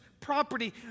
property